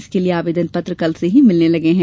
इसके लिए आवेदन पत्र कल से ही मिलने लगे हैं